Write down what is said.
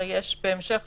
רק בכתב.